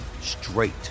straight